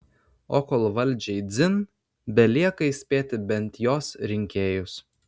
o kol valdžiai dzin belieka įspėti bent jos rinkėjus